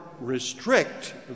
restrict